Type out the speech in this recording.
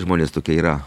žmonės tokie yra